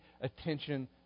attention